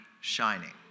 shining